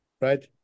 right